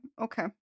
Okay